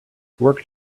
worked